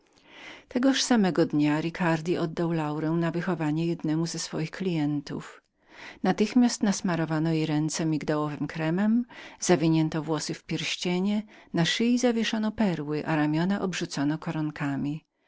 tegoż samego dnia ricardi oddał laurę na wychowanie jednemu z swoich klientów natychmiast wymyto jej ręce migdałową maścią zawinięto włosy w pierścienie na szyi zawieszono perły ramiona obrzucono koronkami